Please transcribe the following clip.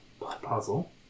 puzzle